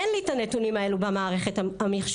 אין לי את הנתונים האלו במערכת המחשובית.